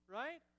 right